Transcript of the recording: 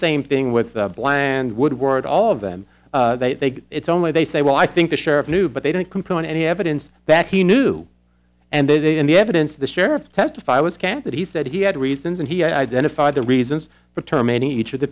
same thing with bland woodward all of them they think it's only they say well i think the sheriff knew but they didn't complete any evidence that he knew and then the evidence the sheriff testify was kept that he said he had reasons and he identified the reasons for term in each of the